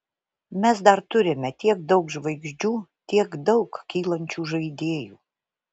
mes dar turime tiek daug žvaigždžių tiek daug kylančių žaidėjų